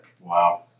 Wow